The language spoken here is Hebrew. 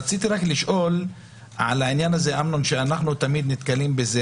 רציתי רק לשאול על העניין הזה שאנחנו תמיד נתקלים בו,